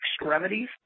extremities